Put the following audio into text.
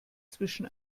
zwischen